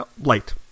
light